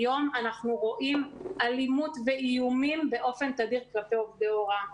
היום אנחנו רואים אלימות ואיומים באופן תדיר כלפי עובדי הוראה.